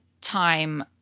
time